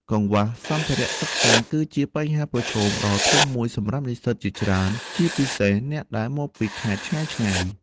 កង្វះសម្ភារៈសិក្សា គឺជាបញ្ហាប្រឈមដ៏ធំមួយសម្រាប់និស្សិតជាច្រើន ជាពិសេសអ្នកដែលមកពីខេត្តឆ្ងាយៗ។